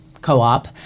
co-op